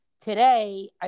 Today